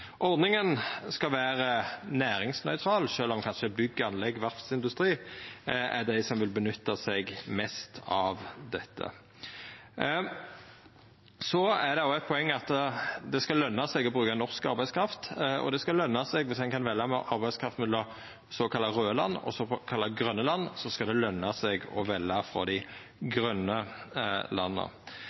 Ordninga skal vera næringsnøytral, sjølv om kanskje bygg/anlegg og verftsindustri er dei som vil nytta dette mest. Det er òg eit poeng at det skal løna seg å bruka norsk arbeidskraft, og om ein kan velja mellom arbeidskraft frå såkalla raude land og såkalla grøne land, skal det løna seg å velja frå dei grøne landa.